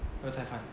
要不要菜饭